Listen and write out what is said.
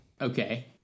Okay